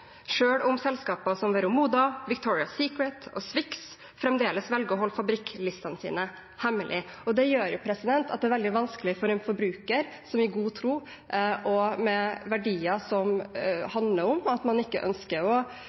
om selskaper som Vero Moda, Victoria’s Secret og Swix fremdeles velger å holde fabrikklistene sine hemmelig. Det gjør det veldig vanskelig for en forbruker med verdier som handler om at man ikke ønsker